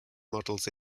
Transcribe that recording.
models